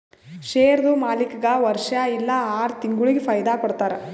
ಶೇರ್ದು ಮಾಲೀಕ್ಗಾ ವರ್ಷಾ ಇಲ್ಲಾ ಆರ ತಿಂಗುಳಿಗ ಫೈದಾ ಕೊಡ್ತಾರ್